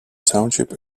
township